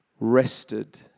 rested